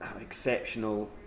exceptional